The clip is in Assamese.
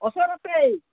ওচৰতেই